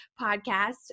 podcast